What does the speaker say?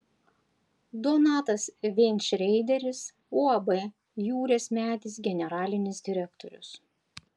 donatas veinšreideris uab jūrės medis generalinis direktorius